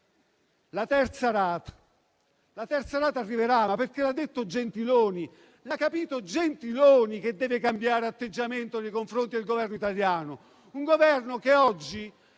La terza rata arriverà, come ha detto Gentiloni, che ha compreso che deve cambiare atteggiamento nei confronti del Governo italiano.